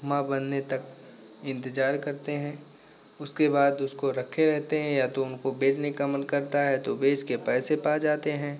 माँ बनने तक इन्तजार करते हैं उसके बाद उसको रखे रहते हैं या तो उनको बेचने का मन करता है तो बेचकर पैसे पा जाते हैं